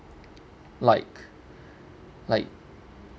like like